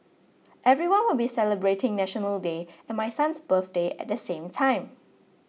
everyone will be celebrating National Day and my son's birthday at the same time